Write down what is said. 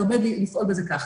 לומד לפעול בזה כך.